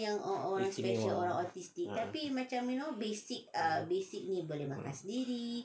istimewa ah (uh huh)